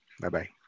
Bye-bye